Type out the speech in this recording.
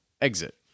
exit